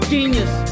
Genius